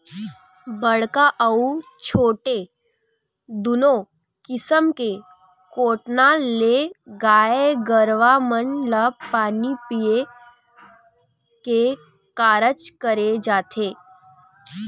बड़का अउ छोटे दूनो किसम के कोटना ले गाय गरुवा मन ल पानी पीया के कारज करे जाथे